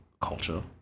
culture